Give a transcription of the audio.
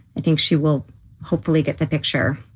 i think she will hopefully get the picture